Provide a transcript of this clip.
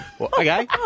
Okay